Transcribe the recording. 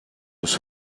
was